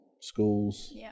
schools